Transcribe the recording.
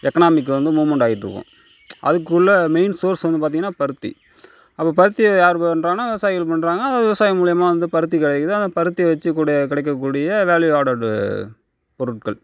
economic வந்து moment ஆகிட்டு இருக்கும் அதுக்குள்ளே மெய்ன் சோர்ஸ் வந்து பார்த்திங்கன்னா பருத்தி அப்போது பருத்தியை யார் பண்ணுறங்கன்னா விவசாயிகள் பண்ணுறாங்க அதை விவசாயி மூலியமாக வந்து பருத்தி கிடைக்கிது அந்த பருத்தியை வச்சு கூட கிடைக்க கூடிய வேல்யூ ஆடர்டு பொருட்கள்